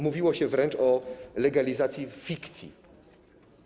Mówiło się wręcz o legalizacji fikcji.